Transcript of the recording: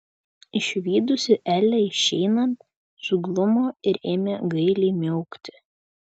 išvydusi elę išeinant suglumo ir ėmė gailiai miaukti